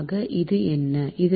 ஆக என்ன இது